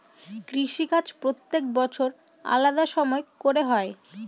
কৃষিকাজ প্রত্যেক বছর আলাদা সময় করে হয়